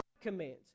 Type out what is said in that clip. commands